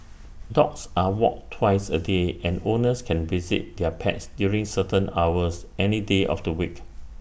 dogs are walked twice A day and owners can visit their pets during certain hours any day of the week